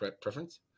preference